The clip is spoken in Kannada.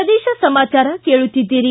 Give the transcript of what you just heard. ಪ್ರದೇಶ ಸಮಾಚಾರ ಕೇಳುತ್ತಿದ್ದೀರಿ